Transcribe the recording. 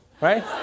right